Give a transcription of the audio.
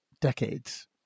decades